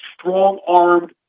strong-armed